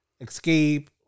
escape